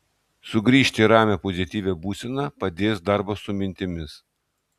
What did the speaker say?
sugrįžti į ramią pozityvią būseną padės darbas su mintimis